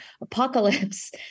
apocalypse